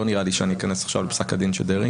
לא נראה לי שאני אכנס עכשיו לפסק הדין בעניין דרעי.